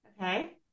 okay